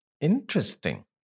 Interesting